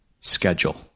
schedule